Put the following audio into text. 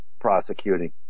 prosecuting